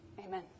Amen